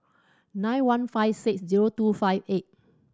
nine one five six zero two five eight